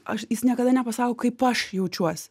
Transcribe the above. aš jis niekada nepasako kaip aš jaučiuos